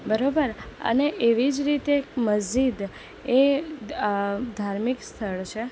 બરોબર અને એવી જ રીતે મસ્જિદ એ ધાર્મિક સ્થળ છે